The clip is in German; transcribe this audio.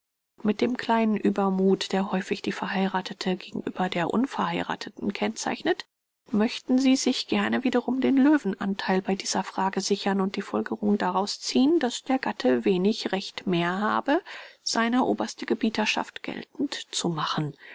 mit dem kleinen uebermuth der häufig die verheirathete gegenüber der unverheiratheten kennzeichnet möchten sie sich gerne wiederum den löwenantheil bei dieser frage sichern und die folgerung daraus ziehen daß der gatte wenig recht mehr habe seine oberste gebieterschaft geltend zu machen